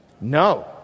No